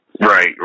Right